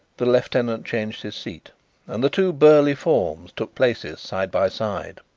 the lieutenant changed his seat and the two burly forms took places side by side.